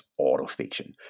autofiction